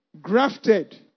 grafted